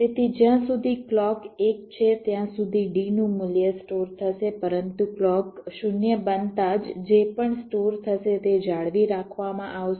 તેથી જ્યાં સુધી ક્લૉક 1 છે ત્યાં સુધી D નું મૂલ્ય સ્ટોર થશે પરંતુ ક્લૉક 0 બનતાં જ જે પણ સ્ટોર થશે તે જાળવી રાખવામાં આવશે